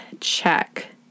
Check